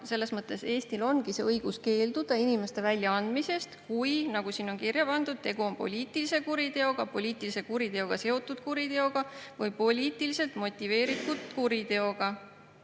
selles mõttes Eestil ongi õigus keelduda inimeste väljaandmisest, kui, nagu siin on kirja pandud, tegu on poliitilise kuriteoga, poliitilise kuriteoga seotud kuriteoga või poliitiliselt motiveeritud kuriteoga.